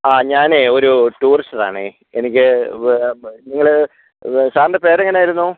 ആ ഞാൻ ഒരു ടൂറിസ്റ്റർ ആണ് എനിക്ക് നിങ്ങൾ സാറിൻ്റെ പേര് എങ്ങനെയായിരുന്നു